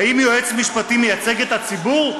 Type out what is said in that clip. האם יועץ משפטי מייצג את הציבור?